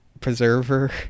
preserver